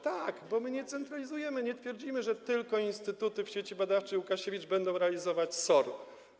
Tak, bo my nie centralizujemy, nie twierdzimy, że tylko instytuty w Sieci Badawczej: Łukasiewicz będą realizować SOR.